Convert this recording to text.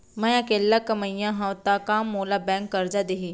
मैं अकेल्ला कमईया हव त का मोल बैंक करजा दिही?